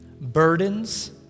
burdens